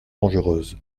dangereuse